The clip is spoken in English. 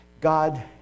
God